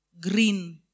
green